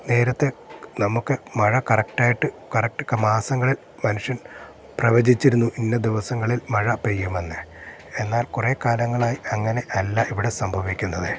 നേരത്തെ നമുക്ക് മഴ കറക്റ്റായിട്ട് കറക്റ്റ് മാസങ്ങളിൽ മനുഷ്യൻ പ്രവചിച്ചിരുന്നു ഇന്ന ദിവസങ്ങളിൽ മഴ പെയ്യുമെന്ന് എന്നാൽ കുറെ കാലങ്ങളായി അങ്ങനെ അല്ല ഇവിടെ സംഭവിക്കുന്നത്